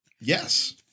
Yes